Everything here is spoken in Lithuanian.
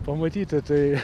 pamatyti tai